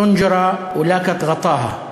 טֻנג'רה ולקת ע'טאאה.